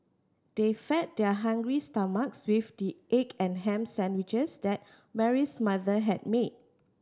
they fed their hungry stomachs with the egg and ham sandwiches that Mary's mother had made